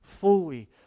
fully